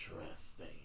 Interesting